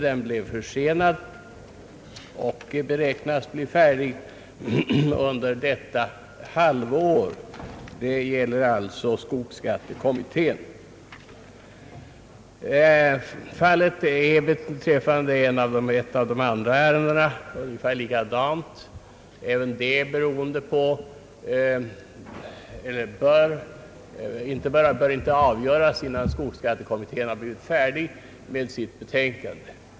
Den blev försenad och beräknas bli slutförd först under detta halvår — det gäller alltså skogsskattekommittén. Beträffande ett av de andra ärendena är fallet ungefär likadant; ärendet bör alltså inte avgöras innan skogsskattekommittén är färdig med sitt betänkande.